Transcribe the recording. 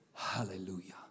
Hallelujah